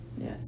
Yes